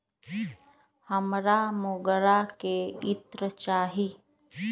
हमरा मोगरा के इत्र चाही